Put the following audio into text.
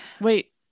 wait